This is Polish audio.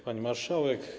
Pani Marszałek!